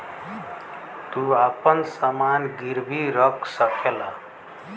तू आपन समान गिर्वी रख सकला